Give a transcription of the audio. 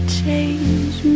change